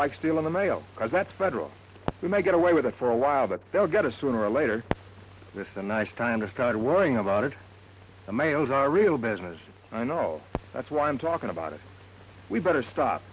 like stealing the mayo as that's federal you might get away with it for a while but they'll get a sooner or later this is a nice time to start worrying about it the males are real business i know that's why i'm talking about it we'd better stop